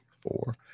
four